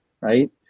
right